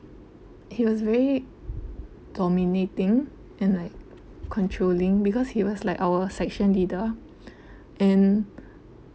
he was really dominating and like controlling because he was like our section leader and